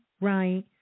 right